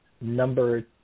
number